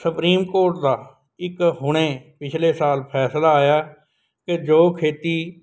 supreme court ਦਾ ਇੱਕ ਹੁਣੇ ਪਿਛਲੇ ਸਾਲ ਫੈਸਲਾ ਆਇਆ ਕਿ ਜੋ ਖੇਤੀ